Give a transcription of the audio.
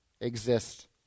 exist